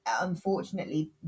unfortunately